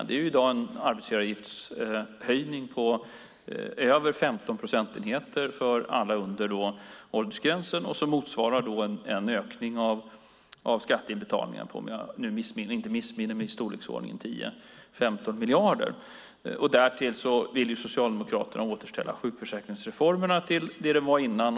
Det är i dag en arbetsgivaravgiftshöjning på över 15 procentenheter för alla under åldersgränsen som motsvarar en ökning av skatteinbetalningen i storleksordningen 10-15 miljarder, om jag inte missminner mig. Därtill vill Socialdemokraterna återställa sjukförsäkringsreformerna till det de var innan.